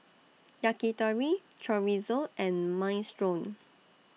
Yakitori Chorizo and Minestrone